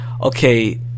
okay